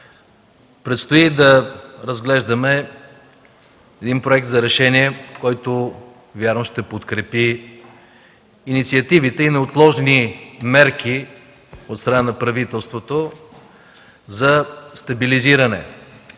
Предстои да разглеждаме проект за решение, който вярвам, ще подкрепи инициативите и неотложните мерки от страна на правителството за стабилизиране